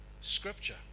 scripture